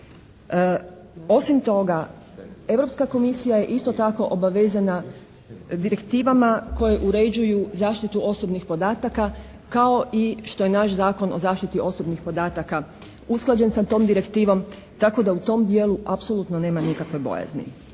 Osim toga, Europska komisija je isto tako obavezana direktivama koje uređuju zaštitu osobnih podataka kao i što je naš Zakon o zaštiti osobnih podataka usklađen sa tom direktivom tako da u tom dijelu apsolutno nema nikakve bojazni.